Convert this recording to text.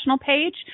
page